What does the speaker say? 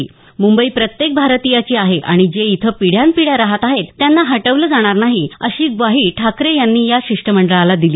म्ंबई प्रत्येक भारतीयाची आहे आणि जे इथं पिढया न पिढ्या राहत आहेत त्यांना हटवलं जाणार नाही अशी ग्वाही ठाकरे यांनी या शिष्टमंडळाला दिली